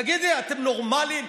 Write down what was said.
תגידו, אתם נורמליים?